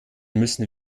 müssen